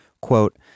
Quote